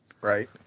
Right